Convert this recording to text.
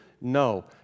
No